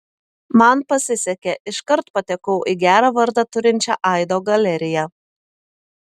man pasisekė iškart patekau į gerą vardą turinčią aido galeriją